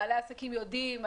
בעלי העסקים יודעים,